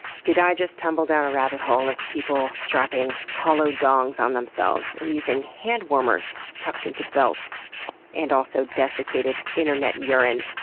did i just tumble down a rabbit hole of people strapping hollow dongs on themselves and using handwarmers tucked into belts and also desiccated internet urine?